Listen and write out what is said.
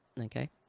Okay